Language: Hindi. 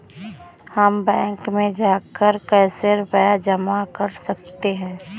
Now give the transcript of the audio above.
हम बैंक में जाकर कैसे रुपया जमा कर सकते हैं?